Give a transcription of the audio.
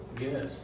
Yes